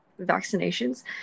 vaccinations